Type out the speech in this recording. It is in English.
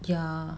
ya